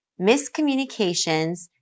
miscommunications